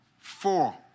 four